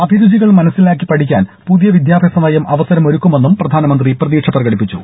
അഭിരുചികൾ മനസ്സിലാക്കി പഠിക്കാൻ പുതിയ വിദ്യാഭ്യാസ നയം അവസരമൊരുക്കുമെന്നും പ്രധാനമന്ത്രി പ്രതീക്ഷ പ്രകടിപ്പിച്ചു